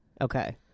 Okay